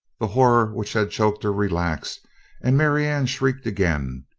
the horror which had choked her relaxed and marianne shrieked again.